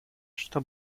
что